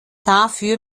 dafür